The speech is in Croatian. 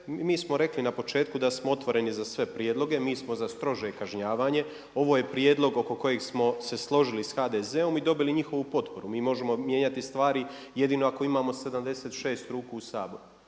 mi smo rekli na početku da smo otvoreni za sve prijedloge, mi smo za strože kažnjavanje. Ovo je prijedlog oko kojeg smo se složili s HDZ-om i dobili njihovu potporu. Mi možemo mijenjati stvari jedino ako imamo 76 ruku u Saboru.